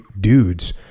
dudes